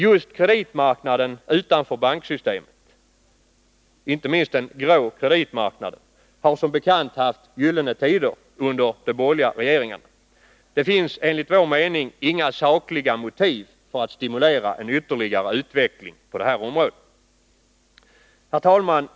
Just kreditmarknaden utanför banksystemet, inte minst den grå kreditmarknaden, har som bekant haft gyllene tider under de borgerliga regeringarna. Det finns enligt vår mening inga sakliga motiv för att stimulera en ytterligare utveckling på det här området. Herr talman!